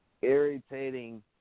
irritating